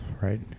Right